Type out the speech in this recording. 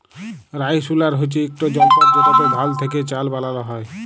rice huller হছে ইকট যলতর যেটতে ধাল থ্যাকে চাল বালাল হ্যয়